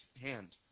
hand